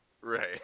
Right